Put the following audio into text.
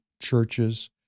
churches